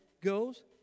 goes